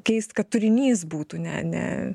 keist kad turinys būtų ne ne